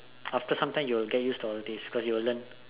after sometime you will get used to all this cause you'll learn